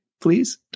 please